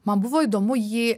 man buvo įdomu jį